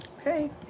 Okay